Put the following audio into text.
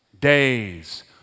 days